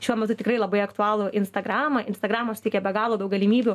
šiuo metu tikrai labai aktualų instagramą instagramas suteikia be galo daug galimybių